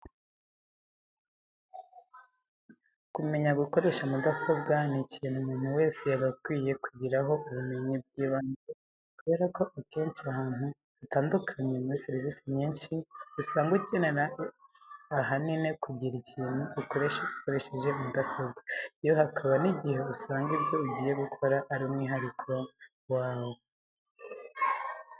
Kumenya gukoresha mudasobwa ni ikintu umuntu wese yagakwiye kugiraho ubumenyi bw'ibanze, kubera ko akenshi ahantu hatandukanye muri serivise nyinshi, usanga ukenera ahanini kugira ibintu ukora ukoresheje mudasobwa, yewe hakaba n'igihe usanga ibyo ugiye gukora ari umwihariko wawe.